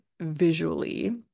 visually